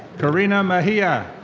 karina mejia.